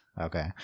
Okay